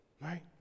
Right